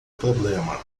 problema